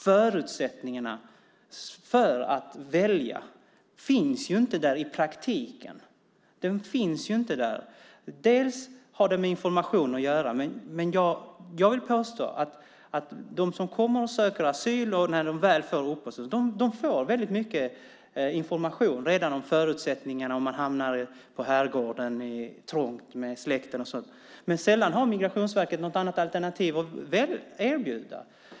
Förutsättningarna att välja finns inte i praktiken. Det har med information att göra, men jag vill påstå att de som söker asyl och sedan får uppehållstillstånd får väldigt mycket information om förutsättningarna om man hamnar trångt i Herrgården med släkten. Men Migrationsverket har sällan något annat alternativ att erbjuda.